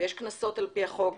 יש קנסות על פי החוק,